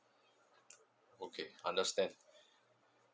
okay understand